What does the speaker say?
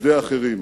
לחסדי אחרים.